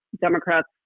Democrats